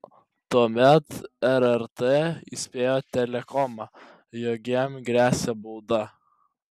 tuomet rrt įspėjo telekomą jog jam gresia bauda